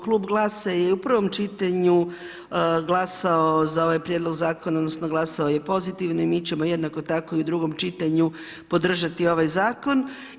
Klub GLAS-a je i u prvom čitanju glasao za ovaj prijedlog zakona, odnosno glasao je pozitivno i mi ćemo jednako tako i u drugom čitanju podržati ovaj zakon.